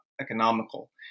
economical